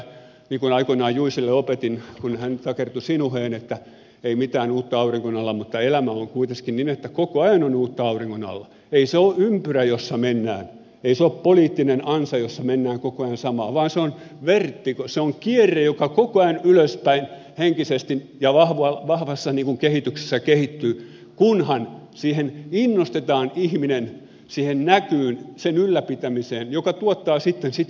niin kuin aikoinaan juicelle opetin kun hän takertui sinuheen että ei mitään uutta auringon alla elämä on kuiteskin niin että koko ajan on uutta auringon alla ei se ole ympyrä jossa mennään ei se ole poliittinen ansa jossa mennään koko ajan samaan vaan se on kierre joka koko ajan ylöspäin henkisesti ja vahvassa kehityksessä kehittyy kunhan ihminen innostetaan siihen näkyyn sen ylläpitämiseen joka tuottaa sitten sitä